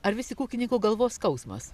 ar vis tik ūkininko galvos skausmas